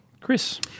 Chris